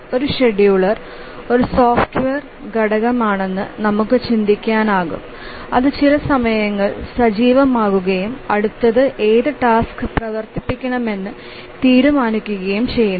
ഒരു ഷെഡ്യൂളർ ഒരു സോഫ്റ്റ്വെയർ ഘടകമാണെന്ന് നമുക്ക് ചിന്തിക്കാനാകും അത് ചില സമയങ്ങളിൽ സജീവമാവുകയും അടുത്തത് ഏത് ടാസ്ക് പ്രവർത്തിപ്പിക്കണമെന്ന് തീരുമാനിക്കുകയും ചെയ്യുന്നു